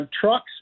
trucks